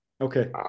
okay